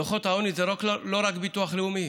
דוחות העוני זה לא רק ביטוח לאומי,